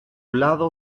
lado